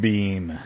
Beam